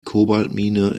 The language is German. kobaltmine